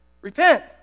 repent